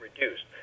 reduced